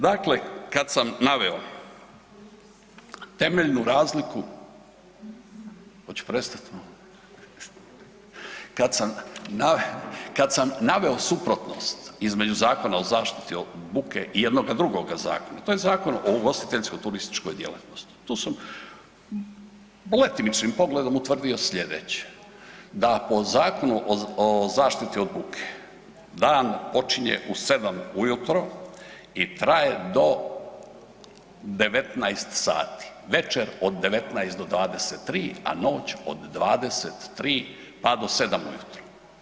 Dakle, kad sam naveo temeljnu razliku, kada sam naveo suprotnost između Zakona o zaštiti od buke i jednoga drugoga zakona, to je Zakon o ugostiteljsko-turističkoj djelatnosti tu sam letimičnim pogledom utvrdio sljedeće, da po Zakonu o zaštiti od buke dan počinje u 7 ujutro i traje do 19 sati, večer od 19 do 23, a noć od 23 pa do 7 ujutro.